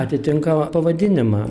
atitinka pavadinimą